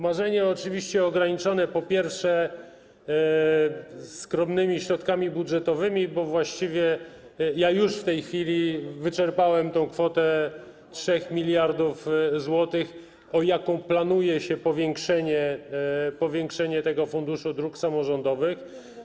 Marzenie oczywiście ograniczone, po pierwsze, skromnymi środkami budżetowymi, bo właściwie ja już w tej chwili wyczerpałem tę kwotę 3 mld zł, o jaką planuje się powiększenie tego Funduszu Dróg Samorządowych.